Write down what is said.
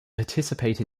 participate